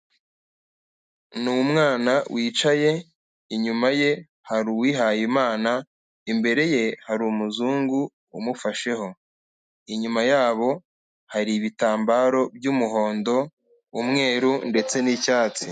Ni umwana wicaye inyuma ye hari uwihayimana, imbere ye hari umuzungu umufasheho, inyuma yabo hari ibitambaro by'umuhondo, umweru ndetse n'icyatsi.